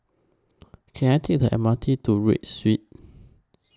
Can I Take The M R T to Read Street